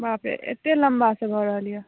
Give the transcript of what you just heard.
बाप रे अतेक लम्बा सऽ भऽ रहल यऽ